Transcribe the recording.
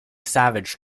savage